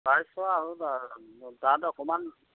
পাইছোঁ আৰু বাৰ তাত অকমান